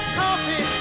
coffee